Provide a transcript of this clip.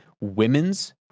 women's